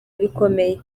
bikomeye